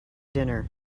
dinner